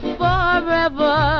forever